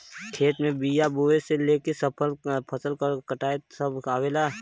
खेत में बिया बोये से लेके फसल क कटाई सभ आवेला